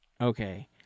Okay